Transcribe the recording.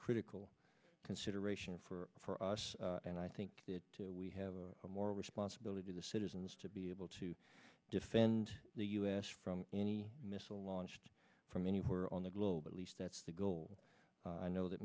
critical consideration for us and i think that we have a moral responsibility the citizens to be able to defend the us from any missile launched from anywhere on the globe at least that's the goal i know that